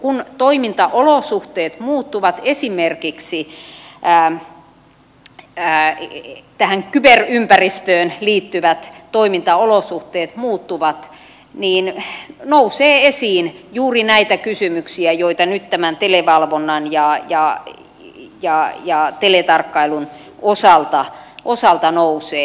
kun toimintaolosuhteet muuttuvat esimerkiksi tähän kyberympäristöön liittyvät toimintaolosuhteet muuttuvat niin nousee esiin juuri näitä kysymyksiä joita nyt tämän televalvonnan ja teletarkkailun osalta nousee